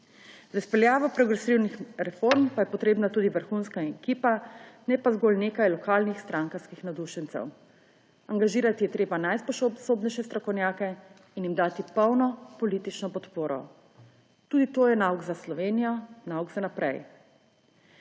Za izpeljavo progresivnih reform pa je potrebna tudi vrhunska ekipa, ne pa zgolj nekaj lokalnih strankarskih navdušencev. Angažirati je treba najsposobnejše strokovnjake in jim dati polno politično podporo. Tudi to je nauk za Slovenijo, nauk za naprej.